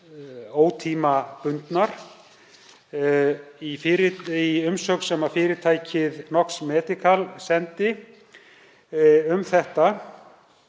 ótímabundnar. Í umsögn sem fyrirtækið Nox Medical sendi um þetta